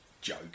joke